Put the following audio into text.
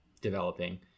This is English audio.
developing